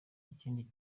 ikindi